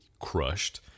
crushed